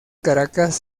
caracas